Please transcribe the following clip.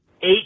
eight